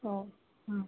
ಹೋ ಹಾಂ